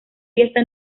fiesta